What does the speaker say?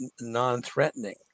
non-threatening